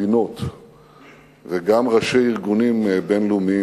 מדינות וגם ראשי ארגונים בין-לאומיים,